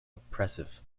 oppressive